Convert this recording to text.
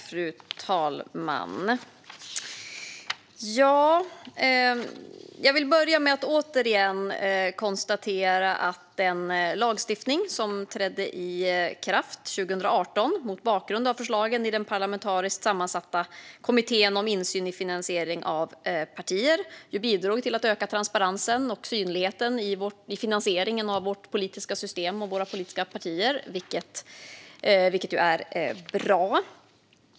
Fru talman! Jag vill börja med att återigen konstatera att den lagstiftning som trädde i kraft 2018, mot bakgrund av förslagen i den parlamentariskt sammansatta Kommittén om insyn i finansiering av partier, bidrog till att öka transparensen och synligheten i finansieringen av vårt politiska system och våra politiska partier, vilket är bra.